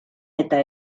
eta